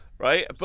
Right